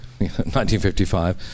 1955